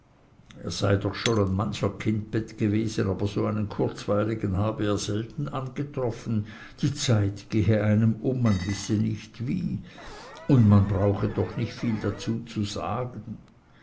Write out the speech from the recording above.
er sei doch schon an mancher kindbett gewesen aber so einen kurzweiligen habe er selten angetroffen die zeit gehe einem um man wisse nicht wie und brauche man doch nicht viel dazu zu sagen